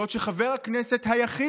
במציאות מי שמפיקה חומרים לתנועת ה-BDS